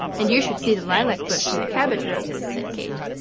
and you should see the lilac bush and the cabbage roses, said kate.